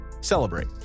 celebrate